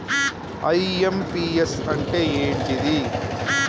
IMPS అంటే ఏంటిది?